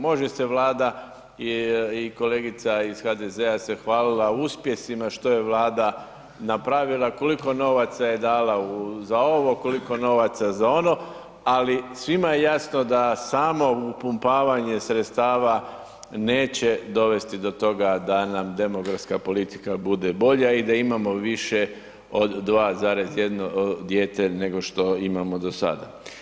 Može se Vlada i kolegica iz HDZ-a se hvalila uspjesima što je Vlada napravila, koliko novaca je dala za ovo, koliko novaca uza ono, ali svima je jasno da samo upumpavanje sredstava neće dovesti do toga da nam demografska politika bude bolja i da imamo više od 2,1 dijete nego što imamo do sada.